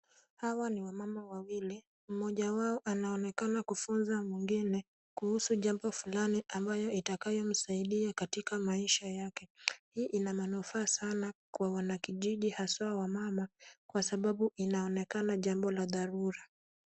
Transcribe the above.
Hawa ni wamama wawili, mmoja wao anaonekana kufunza mwingine, kuhusu jambo fulani ambayo itakayomsaidia katika maisha yake, hii ina manufaa sana kwa wanakijiji haswa wamama , kwa sababu inaonekana jambo la dharura.